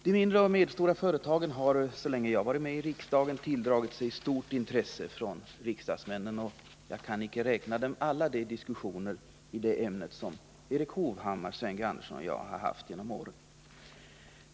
De mindre och medelstora företagen har så länge jag har varit med i riksdagen tilldragit sig stort intresse från riksdagsledamöterna. Jag kan icke räkna dem alla, de diskussioner i det ämnet som Erik Hovhammar, Sven G. Andersson och jag har haft genom åren.